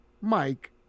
Mike